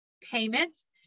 payments